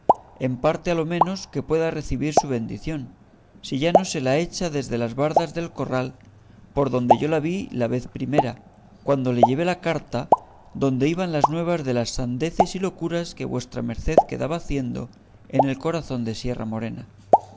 en parte a lo menos que pueda recebir su bendición si ya no se la echa desde las bardas del corral por donde yo la vi la vez primera cuando le llevé la carta donde iban las nuevas de las sandeces y locuras que vuestra merced quedaba haciendo en el corazón de sierra morena